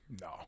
No